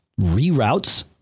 reroutes